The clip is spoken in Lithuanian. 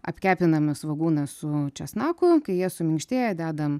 apkepiname svogūną su česnaku kai jie suminkštėja dedam